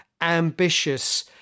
ambitious